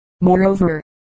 moreover